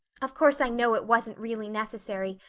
of course i know it wasn't really necessary,